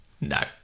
no